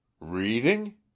Reading